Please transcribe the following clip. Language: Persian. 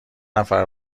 نفر